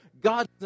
God